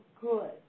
good